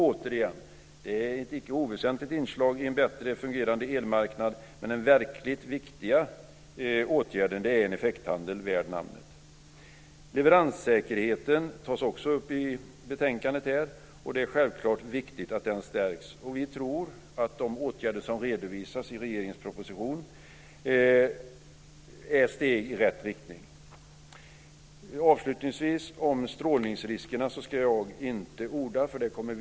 Återigen vill jag framhålla att detta må vara ett icke oväsentligt inslag i en bättre fungerande elmarknad, men den verkligt viktiga åtgärden är att få till stånd en effekthandel värd namnet. Leveranssäkerheten tas också upp i betänkandet. Det är självklart viktigt att den stärks. Vi tror att de åtgärder som redovisas i regeringens proposition är ett steg i rätt riktning. Avslutningsvis: Jag inte ska orda något om strålningsriskerna.